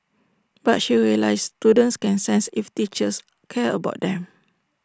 but she realised students can sense if teachers care about them